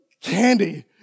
candy